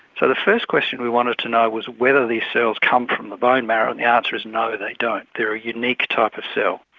so the first question we wanted to know was whether these cells come from the bone marrow and the answer is no, they don't. they are a unique type of cell.